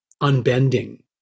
unbending